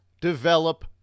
develop